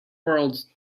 world